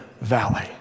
Valley